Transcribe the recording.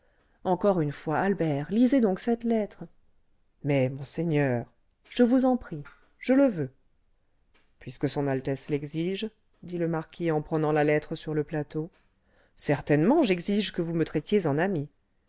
encore une fois albert lisez donc cette lettre mais monseigneur je vous en prie je le veux puisque son altesse l'exige dit le marquis en prenant la lettre sur le plateau certainement j'exige que vous me traitiez en ami